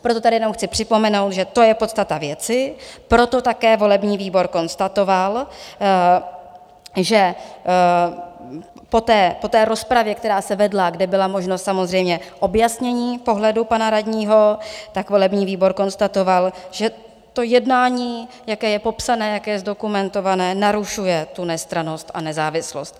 Proto tady jenom chci připomenout, že to je podstata věci, proto také volební výbor konstatoval, že po té rozpravě, která se vedla, kde byla možnost samozřejmě objasnění pohledu pana radního, volební výbor konstatoval, že to jednání, jaké je popsané, jaké je zdokumentované, narušuje tu nestrannost a nezávislost.